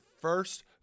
first